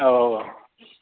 औ औ औ